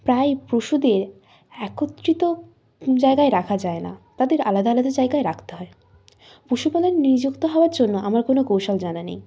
প্রায় পশুদের একত্রিত জায়গায় রাখা যায় না তাদের আলাদা আলাদা জায়গায় রাখতে হয় পশুপালনে নিযুক্ত হওয়ার জন্য আমার কোনো কৌশল জানা নেই